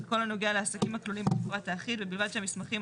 בכל הנוגע לעסקים הכלולים במפרט האחיד ובלבד שהמסמכים,